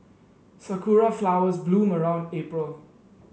sakura flowers bloom around April